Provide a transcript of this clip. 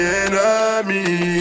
enemy